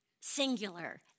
singular